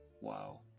Wow